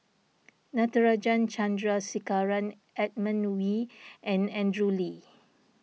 Natarajan Chandrasekaran Edmund Wee and Andrew Lee